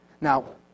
now